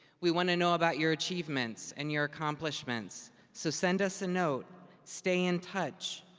we want to know about your achievements and your accomplishments. so send us a note. stay in touch.